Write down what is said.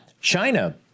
China